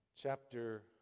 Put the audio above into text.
chapter